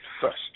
first